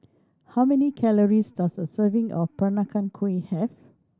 how many calories does a serving of Peranakan Kueh have